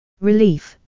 Relief